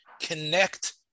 connect